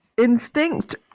instinct